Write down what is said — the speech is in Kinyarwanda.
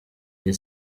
iyi